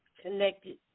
connected